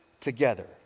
together